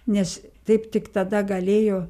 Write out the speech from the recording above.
nes taip tik tada galėjo